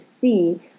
see